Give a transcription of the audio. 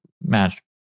match